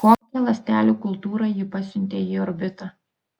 kokią ląstelių kultūrą ji pasiuntė į orbitą